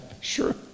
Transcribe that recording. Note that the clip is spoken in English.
Sure